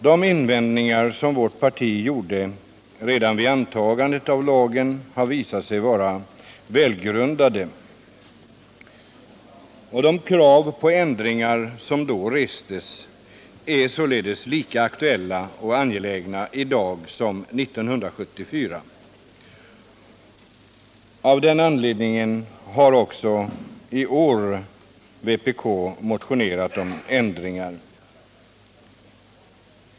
De invändningar som vårt parti gjorde redan vid antagandet av lagen har visat sig vara välgrundade. De krav på ändringar som då restes är således lika aktuella och angelägna i dag som 1974. Av den anledningen har vpk också i år motionerat om ändringar av lagen.